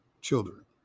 children